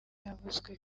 cyavuzwe